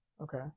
Okay